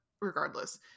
regardless